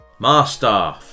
master